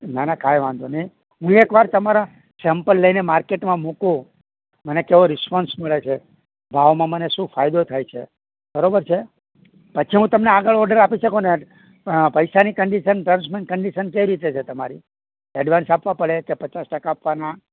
ના ના કાઇ વાંધો નહીં હું એકવાર તમારા સેમ્પલ લઈને માર્કેટમાં મૂકું મને કેવો રિસ્પોન્સ મળે છે ભાવમાં મને શું ફાયદો થાય છે બરોબર છે પછી હું તમને આગળ ઓર્ડર આપી શકુંને પૈસાની કન્ડિશન ટર્મ્સ એંડ કન્ડિશન કેઈ રીતે છે તમારી એડવાન્સ આપવા પડે કે પચાસ ટકા આપવાના